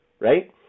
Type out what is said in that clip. right